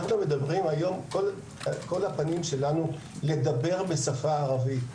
כל הפנים שלנו הן לדבר בשפה הערבית,